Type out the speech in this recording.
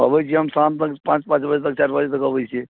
अबैत छी हम शाम तक पाँच पाँच बजे तक चारि बजे तक अबैत छी